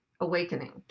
awakening